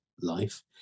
life